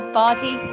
body